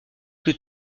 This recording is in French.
plus